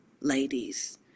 ladies